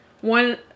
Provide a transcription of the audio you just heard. one